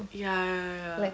ya ya ya